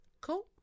Cool